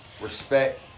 respect